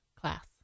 class